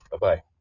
Bye-bye